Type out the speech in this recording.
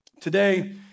Today